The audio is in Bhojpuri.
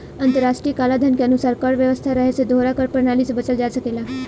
अंतर्राष्ट्रीय कलाधन के अनुसार कर व्यवस्था रहे से दोहरा कर प्रणाली से बचल जा सकेला